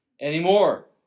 anymore